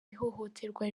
ihohoterwa